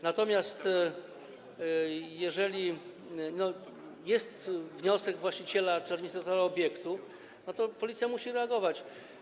Natomiast, jeżeli jest wniosek właściciela lub administratora obiektu, to policja musi reagować.